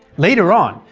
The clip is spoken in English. later on,